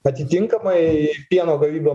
atitinkamai pieno gavyba